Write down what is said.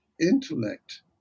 intellect